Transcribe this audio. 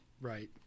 Right